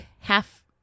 half